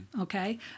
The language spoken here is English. Okay